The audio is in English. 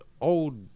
old